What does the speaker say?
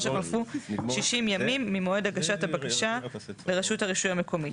שחלפו 60 ימים ממועד הגשת הבקשה לרשות הרישוי המקומית,